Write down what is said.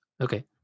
Okay